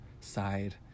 side